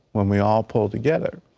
when we all pull together.